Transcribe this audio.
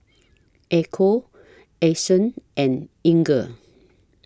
Echo Ason and Inger